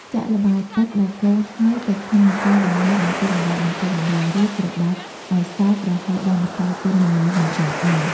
ចាក់ល្បាយទឹកដែលកូរហើយទៅក្នុងម្សៅដំណើបបន្តិចម្ដងៗ រួចច្របាច់ឲ្យសព្វរហូតដល់ម្សៅទន់ល្មម មិនជាប់ដៃ។